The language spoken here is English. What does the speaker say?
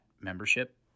membership